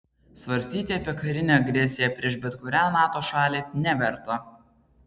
svarstyti apie karinę agresiją prieš bet kurią nato šalį neverta